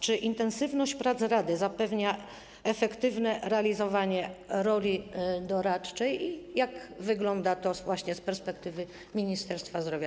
Czy intensywność prac rady zapewnia efektywne realizowanie roli doradczej i jak wygląda to właśnie z perspektywy Ministerstwa Zdrowia?